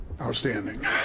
Outstanding